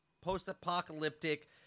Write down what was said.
post-apocalyptic